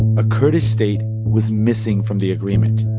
a kurdish state was missing from the agreement